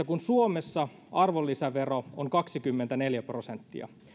kun suomessa arvonlisävero on kaksikymmentäneljä prosenttia